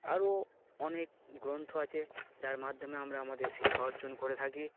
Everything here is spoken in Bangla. আরও অনেক গ্রন্থ আছে যার মাধ্যমে আমরা আমাদের শিক্ষা অর্জন করে থাকি